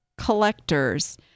collectors